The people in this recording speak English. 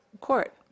court